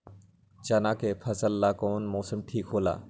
चाना के फसल ला कौन मौसम ठीक होला?